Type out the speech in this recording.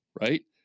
right